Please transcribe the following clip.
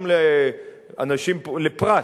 גם לפרט,